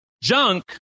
junk